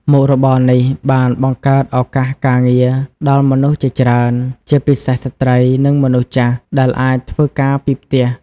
មុខរបរនេះបានបង្កើតឱកាសការងារដល់មនុស្សជាច្រើន ជាពិសេសស្ត្រី និងមនុស្សចាស់ ដែលអាចធ្វើការពីផ្ទះ។